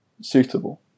suitable